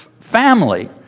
family